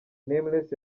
nameless